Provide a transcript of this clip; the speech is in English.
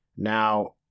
Now